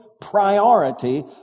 priority